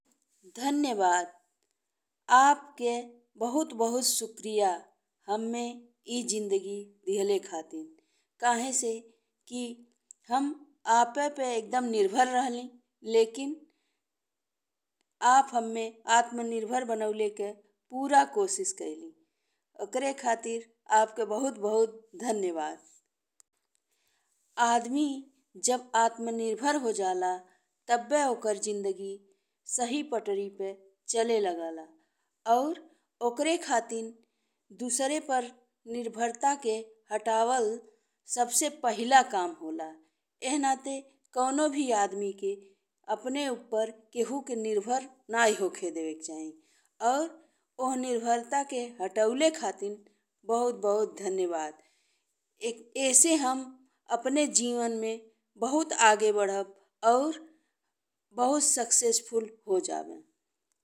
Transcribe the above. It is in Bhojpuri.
धन्यवाद। आपके बहुत-बहुत शुक्रिया हम्मे ई जिंदगी दिहले खातिर। काहे से कि हम आपे पे एकदम निर्भर रहली, लेकिन आप हम्मे आत्मनिर्भर बनावे के पूरा कोशिश कईली। ओकरे खातिर आपके बहुत-बहुत धन्यवाद। आदमी जब आत्मनिर्भर हो जाला तब्बे ओकर जिंदगी सही पटरी पे चले लागेला और ओकरे खातिर दुसरे पर निर्भरता के हटावल सबसे पहिला काम होला। एह नाते कउनो भी आदमी के अपने उप्पर केहू के निर्भर नहीं होखे देवे के चाही और ओह निर्भरता के हटावे खातिर बहुत बहुत धन्यवाद। एहसे हम अपने जीवन में बहुत आगे बढ़ब और बहुत सफल हो जब।